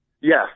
Yes